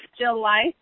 July